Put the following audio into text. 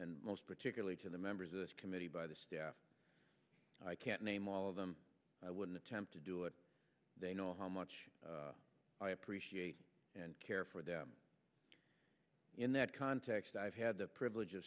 and most particularly to the members of this committee by the staff i can't name all of them i wouldn't attempt to do it they know how much i appreciate and care for them in that context i've had the privilege of